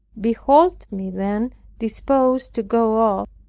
behold me then disposed to go off,